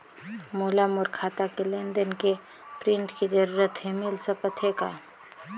मोला मोर खाता के लेन देन के प्रिंट के जरूरत हे मिल सकत हे का?